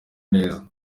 neza